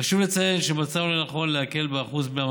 חשוב לציין שמצאנו לנכון להקל בשיעור בני